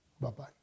bye-bye